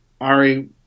Ari